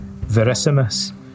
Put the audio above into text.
Verissimus